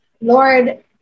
Lord